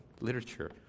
literature